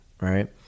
right